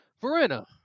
Verena